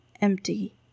empty